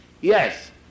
yes